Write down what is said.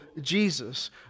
Jesus